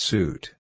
Suit